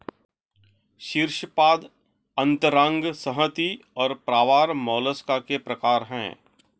शीर्शपाद अंतरांग संहति और प्रावार मोलस्का के प्रकार है